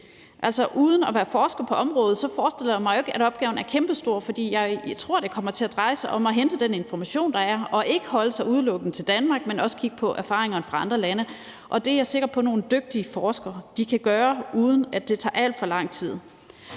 uden at være forsker på området forestiller jeg mig ikke, at opgaven er kæmpestor, for jeg tror, at det kommer til at dreje sig om at hente den information, der er, og ikke holde sig udelukkende til Danmark, men også kigge på erfaringerne fra andre lande, og det er jeg sikker på at nogle dygtige forskere kan gøre, uden at det tager alt for lang tid.